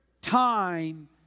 time